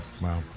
Wow